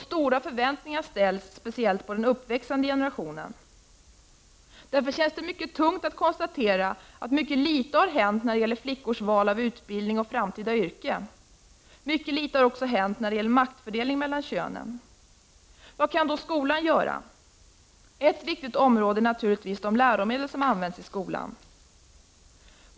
Stora förväntningar ställs, särskilt på den uppväxande generationen. Det känns därför mycket tungt att konstatera att mycket litet har hänt när det gäller flickors val av utbildning och framtida yrke. Mycket litet har också hänt när det gäller maktfördelningen mellan könen. Vad kan då skolan göra? Ett viktigt område är naturligtvis de läromedel som används i skolan.